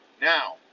Now